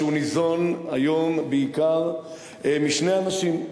שניזון היום בעיקר משני אנשים,